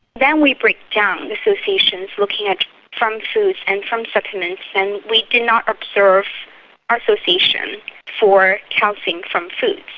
then we break down associations looking at from foods and from supplements, and we did not observe ah association for calcium from foods.